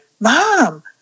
Mom